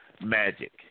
magic